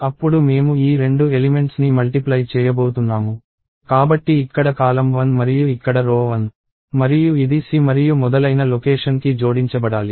అప్పుడు మేము ఈ రెండు ఎలిమెంట్స్ ని మల్టిప్లై చేయబోతున్నాము కాబట్టి ఇక్కడ కాలమ్ 1 మరియు ఇక్కడ రో 1 మరియు ఇది C మరియు మొదలైన లొకేషన్ కి జోడించబడాలి